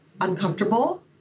uncomfortable